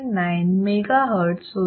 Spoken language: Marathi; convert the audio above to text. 9 megahertz होती